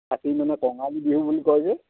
কাতি মানে কঙালী বিহু বুলি কয় যে